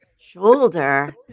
shoulder